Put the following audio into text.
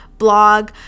blog